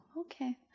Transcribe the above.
okay